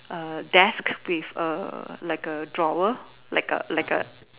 err desk with a like a drawer like a like A